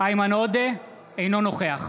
אינו נוכח